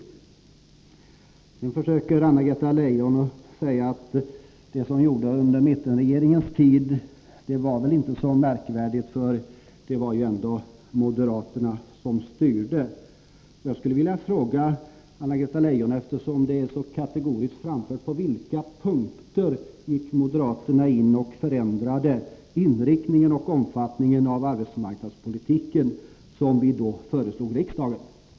Anna-Greta Leijon försöker göra gällande att det som gjordes under mittenregeringens tid inte var så märkvärdigt, eftersom det ändå var moderaterna som styrde. Jag skulle vilja fråga, eftersom hon är så kategorisk: På vilka punkter gick moderaterna in och ändrade inriktningen och omfattningen av den arbetsmarknadspolitik som vi föreslog riksdagen?